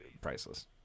priceless